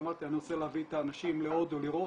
אמרתי "אני רוצה להביא את האנשים להודו לראות",